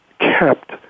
kept